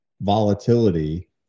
volatility